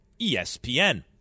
ESPN